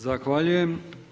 Zahvaljujem.